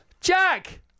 Jack